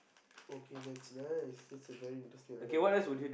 okay that's nice that's a very interesting idea